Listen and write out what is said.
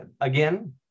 Again